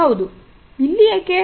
ಹೌದು ಇಲ್ಲಿ ಏಕೆ